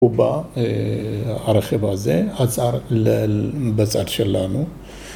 ‫הוא בא, הרכב הזה, עצר בצד שלנו.